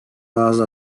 bazı